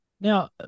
Now